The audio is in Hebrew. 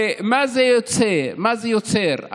מה זה יוצר, מה זה יוצר?